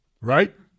right